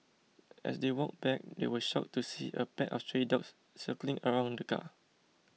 as they walked back they were shocked to see a pack of stray dogs circling around the car